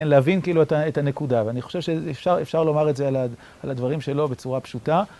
להבין כאילו את הנקודה, ואני חושב שאפשר לומר את זה על הדברים שלו בצורה פשוטה.